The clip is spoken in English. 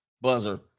buzzer